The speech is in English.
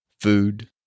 food